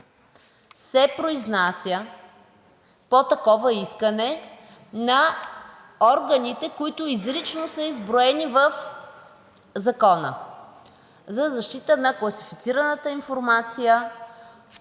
се произнася по такова искане на органите, които изрично са изброени в Закона за защита на класифицираната информация.